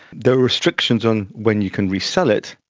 there are restrictions on when you can resell it,